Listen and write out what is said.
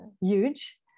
huge